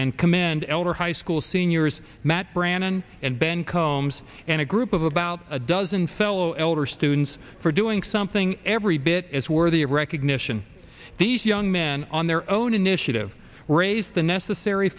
and command elder high school seniors matt brandon and ben combs and a group of about a dozen fellow elder students for doing something every bit as worthy of recognition these young men on their own initiative raise the necessary